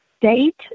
date